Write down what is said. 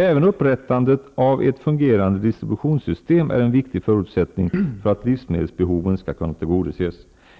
Även upprättandet av ett fungerande distributionssystem är en vik tig förutsättning för att livsmedelsbehoven skall kunna tillgodoses.